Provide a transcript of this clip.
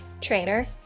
trainer